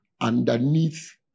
underneath